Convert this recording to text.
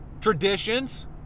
traditions